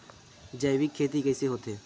जैविक खेती कइसे होथे?